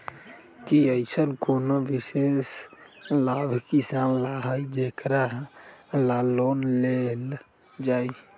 कि अईसन कोनो विशेष लाभ किसान ला हई जेकरा ला लोन लेल जाए?